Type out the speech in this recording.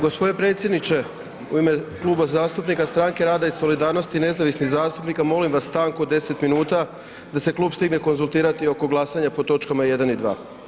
Gospodine predsjedniče, u ime Kluba zastupnika Stranke rada i solidarnosti nezavisnih zastupnika molim vas stanku od deset minuta da se Klub stigne konzultirati oko glasanja po točkama jedan i dva.